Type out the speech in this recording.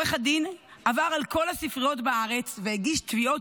עורך הדין עבר על כל הספריות בארץ והגיש תביעות